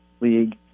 league